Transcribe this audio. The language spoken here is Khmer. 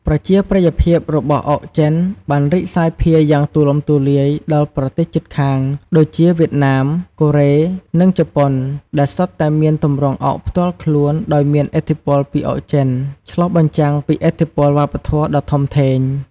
ប្រជាប្រិយភាពរបស់អុកចិនបានរីកសាយភាយយ៉ាងទូលំទូលាយដល់ប្រទេសជិតខាងដូចជាវៀតណាម កូរ៉េ និងជប៉ុន ដែលសុទ្ធតែមានទម្រង់អុកផ្ទាល់ខ្លួនដោយមានឥទ្ធិពលពីអុកចិន ឆ្លុះបញ្ចាំងពីឥទ្ធិពលវប្បធម៌ដ៏ធំធេង។